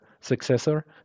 successor